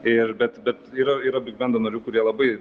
ir bet bet yra yra bigbendo narių kurie labai